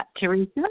Teresa